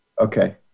okay